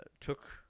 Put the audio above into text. took –